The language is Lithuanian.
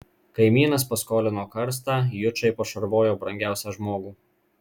kaimynas paskolino karstą jučai pašarvojo brangiausią žmogų